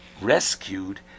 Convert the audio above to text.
rescued